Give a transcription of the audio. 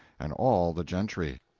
and all the gentry.